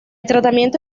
tratamiento